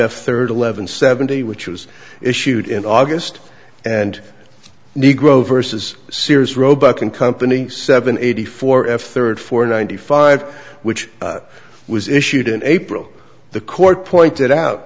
f third eleven seventy which was issued in august and negro versus sears roebuck and company seven eighty four and third four ninety five which was issued in april the court pointed out